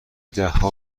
دهها